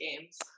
games